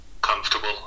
comfortable